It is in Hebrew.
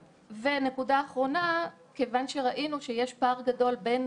נקודה אחרונה: כיוון שראינו שיש פער גדול בין